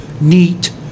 neat